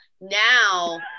Now